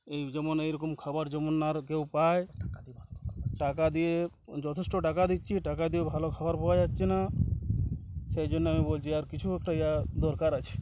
এই যেমন এইরকম খাবার যেমন আর কেউ পায় টাকা দিয়ে যথেষ্ট টাকা দিচ্ছি টাকা দিয়ে ভালো খাবার পাওয়া যাচ্ছে না সেই জন্য আমি বলছি আর কিছু একটা ইয়া দরকার আছে